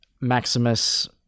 Maximus